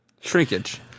Shrinkage